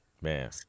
Man